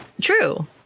true